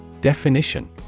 Definition